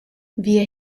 wir